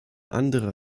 andere